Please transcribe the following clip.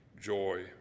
joy